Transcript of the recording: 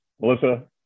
Melissa